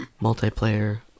multiplayer